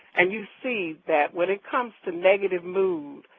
and you see that when it comes to negative mood,